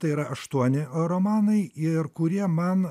tai yra aštuoni romanai ir kurie man